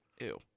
Ew